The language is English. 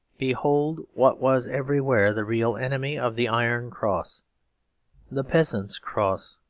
behold what was everywhere the real enemy of the iron cross the peasant's cross,